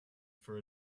for